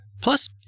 Plus